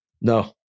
no